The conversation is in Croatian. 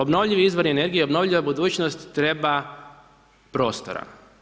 Obnovljivi izvori energije, obnovljiva budućnost treba prostora.